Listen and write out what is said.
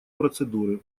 процедуры